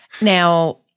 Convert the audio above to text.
Now